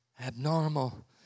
abnormal